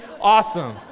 Awesome